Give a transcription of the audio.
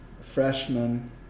freshman